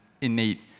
innate